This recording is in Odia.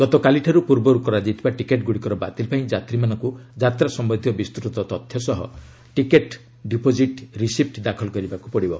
ଗତକାଲିଠାରୁ ପୂର୍ବରୁ କରାଯାଇଥିବା ଟିକେଟ୍ଗୁଡ଼ିକର ବାତିଲ ପାଇଁ ଯାତ୍ରୀମାନଙ୍କୁ ଯାତ୍ରା ସମ୍ଭନ୍ଧୀୟ ବିସ୍ତୃତ ତଥ୍ୟ ସହ ଟିକେଟ୍ ଡିପୋଜିଟ୍ ରିସିପ୍ ଦାଖଲ କରିବାକୁ ପଡ଼ିବ